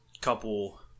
couple